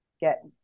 get